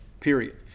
period